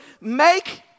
Make